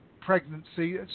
pregnancy